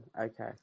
okay